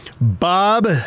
Bob